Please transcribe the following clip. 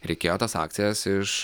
reikėjo tas akcijas iš